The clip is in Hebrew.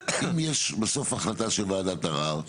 אם יש בסוף החלטה של וועדת ערר,